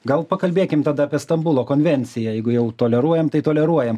gal pakalbėkim tada apie stambulo konvenciją jeigu jau toleruojam tai toleruojam